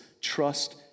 trust